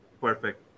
Perfect